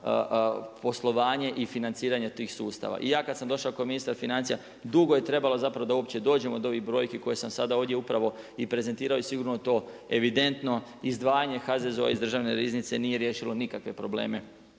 poslovanje i financiranje tih sustava. I ja kad sam došao ko ministar financija, dugo je trebalo zapravo da uopće dođem do ovih brojki koje sam sada ovdje upravo i prezentirao i sigurno je to evidentno izdvajanje HZZO iz državne riznice, nije riješilo nikakve probleme